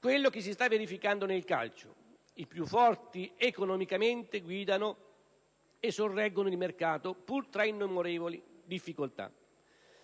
quello che si sta verificando nel calcio: i più forti economicamente guidano e sorreggono il mercato, pur tra innumerevoli difficoltà